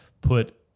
put